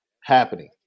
happening